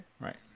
Right